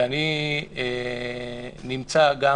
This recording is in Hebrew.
ואני נמצא גם